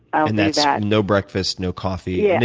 and that's yeah no breakfast, no coffee, and